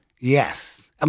Yes